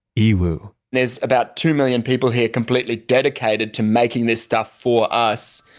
yiwu there's about two million people here completely dedicated to making this stuff for us.